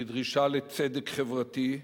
בדרישה לצדק חברתי,